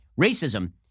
Racism